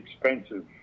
expensive